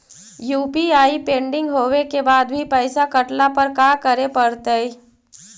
UPI pending होवे के बाद भी पैसा कटला पर का करे पड़तई?